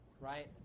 right